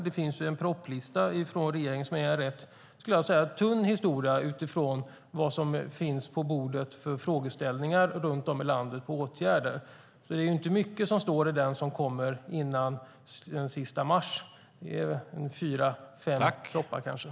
Det finns en propositionslista från regeringen som är en rätt tunn historia utifrån de frågeställningar som finns på bordet runt om i landet när det gäller åtgärder. Det är inte mycket som står i listan som kommer före den sista mars. Det är kanske fyra fem propositioner.